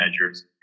measures